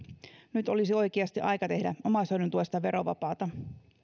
nyt olisi oikeasti aika tehdä omaishoidon tuesta verovapaata